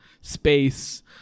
space